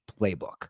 playbook